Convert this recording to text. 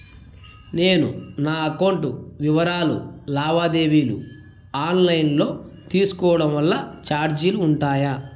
నేను నా అకౌంట్ వివరాలు లావాదేవీలు ఆన్ లైను లో తీసుకోవడం వల్ల చార్జీలు ఉంటాయా?